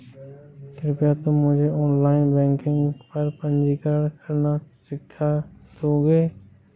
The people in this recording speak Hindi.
कृपया तुम मुझे ऑनलाइन बैंकिंग पर पंजीकरण करना सीख दोगे?